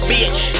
Bitch